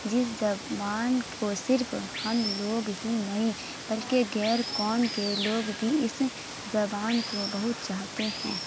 جس زبان کو صرف ہم لوگ ہی نہیں بلکہ غیر قوم کے لوگ بھی اس زبان کو بہت چاہتے ہیں